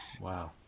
Wow